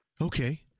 Okay